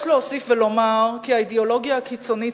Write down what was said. יש להוסיף ולומר כי האידיאולוגיה הקיצונית